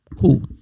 cool